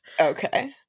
Okay